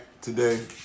today